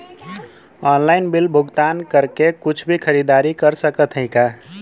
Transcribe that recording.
Online bill भुगतान करके कुछ भी खरीदारी कर सकत हई का?